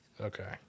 Okay